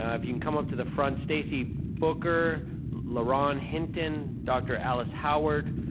ah if you can come up to the front, stacy booker, laron hinton, dr. alice howard,